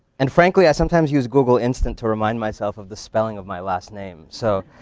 and frankly, i sometimes use google instant to remind myself of the spelling of my last name. so,